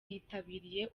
yitabiriye